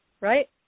right